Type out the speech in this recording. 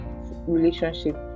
relationship